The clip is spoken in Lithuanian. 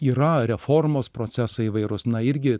yra reformos procesai įvairūs na irgi